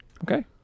Okay